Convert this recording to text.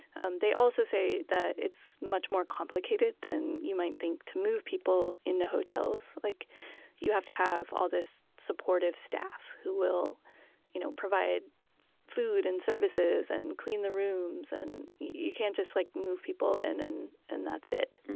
and they also say that it's much more complicated than you might think to move people into hotels. like you have to have all this supportive staff who will you know provide food and services and clean the rooms. and you can't just like move people in, and and that's it